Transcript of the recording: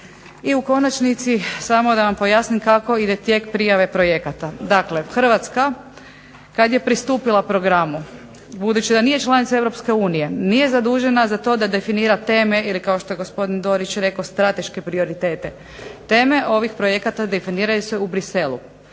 I u konačnici samo da vam pojasnim kako ide tijek prijave projekata. Dakle, Hrvatska kad je pristupila programu budući da nije članica EU nije zadužena za to da definira teme ili kao što je gospodin Dorić rekao strateške prioritete. Teme ovih projekata definiraju se u Bruxellesu.